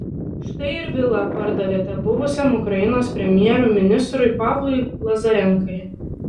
štai ir vilą pardavėte buvusiam ukrainos premjerui ministrui pavlui lazarenkai